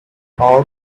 all